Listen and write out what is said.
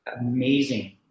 amazing